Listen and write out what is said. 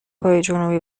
کرهجنوبی